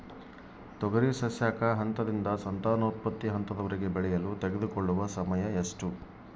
ತೊಗರಿ ಸಸ್ಯಕ ಹಂತದಿಂದ ಸಂತಾನೋತ್ಪತ್ತಿ ಹಂತದವರೆಗೆ ಬೆಳೆಯಲು ತೆಗೆದುಕೊಳ್ಳುವ ಸಮಯ ಎಷ್ಟು?